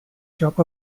job